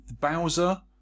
Bowser